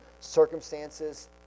circumstances